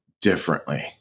differently